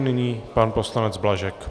Nyní pan poslanec Blažek.